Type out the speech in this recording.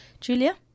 Julia